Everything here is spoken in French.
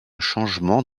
changement